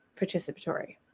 participatory